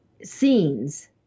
Scenes